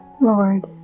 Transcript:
Lord